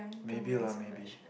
maybe lah maybe